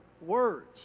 words